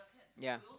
ya